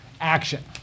action